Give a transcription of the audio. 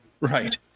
Right